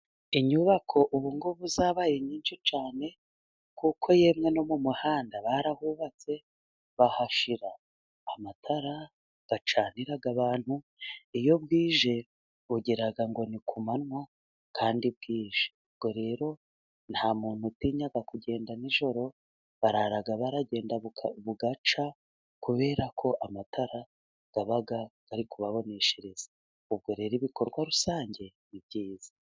inyubako ubu ngubu zabaye nyinshi cyane kuko yemwe no mu muhanda barahubatse, bahashyira amatara acanira abantu. Iyo bwije ugira ngo ni ku manywa kandi bwije. Ubwo rero nta muntu utinya kugenda nijoro, barara baragenda bugacya. Kubera ko amatara aba ari kubaboneshereza. Ubwo rero ibikorwa rusange ni byiza.